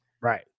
right